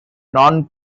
non